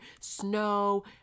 snow